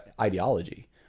ideology